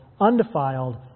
undefiled